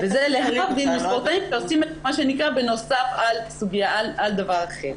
וזה להבדיל מספורטאים שעושים את זה מה שנקרא בנוסף על דבר אחר.